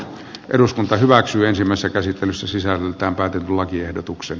eduskunta hyväksyisimmassa käsittelyssä sisältää päätin lakiehdotukset